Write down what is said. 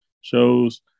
shows